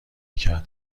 کرد